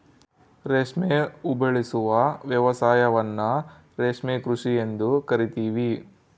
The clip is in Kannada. ರೇಷ್ಮೆ ಉಬೆಳೆಸುವ ವ್ಯವಸಾಯವನ್ನ ರೇಷ್ಮೆ ಕೃಷಿ ಎಂದು ಕರಿತೀವಿ